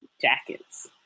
jackets